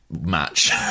match